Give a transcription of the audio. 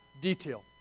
detail